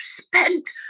spent